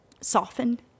soften